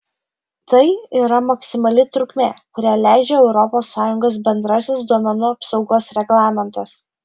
tai yra maksimali trukmė kurią leidžia europos sąjungos bendrasis duomenų apsaugos reglamentas